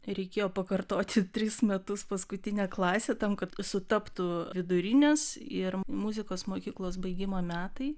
reikėjo pakartoti tris metus paskutinę klasę tam kad sutaptų vidurinės ir muzikos mokyklos baigimo metai